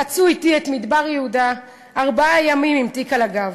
חצו אתי את מדבר-יהודה ארבעה ימים עם תיק על הגב,